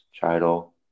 title